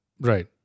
Right